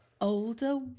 Older